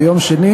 יעקב אשר,